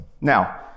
now